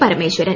Parameswaran